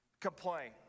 complain